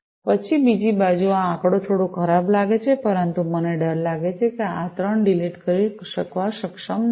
પછી બીજી બાજુ આ આંકડો થોડો ખરાબ લાગે છે પરંતુ મને ડર છે કે હું આ 3 ડિલીટ કરી શકવા સક્ષમ નથી